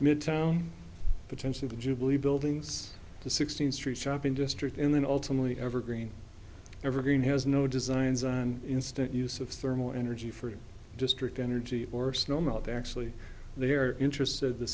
midtown potentially the jubilee buildings the sixteenth street shopping district in that ultimately evergreen evergreen has no designs on instant use of thermal energy for district energy or snow melt actually they are interested the